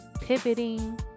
pivoting